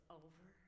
over